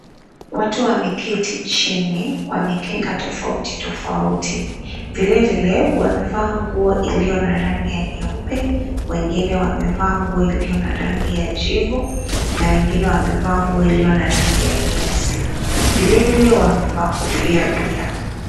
Watu wameketi chini kwa mikeka tofauti tofauti. Vilevile, wamevaa nguo iliyo na rangi ya nyeupe, wengine wamevaa nguo iliyo na rangi ya jivu na wengine wamevaa nguo iliyo na rangi ya nyeusi. Vilevile, wamevaa kofia pia.